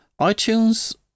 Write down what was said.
iTunes